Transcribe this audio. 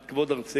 את כבוד ארצנו.